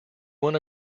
won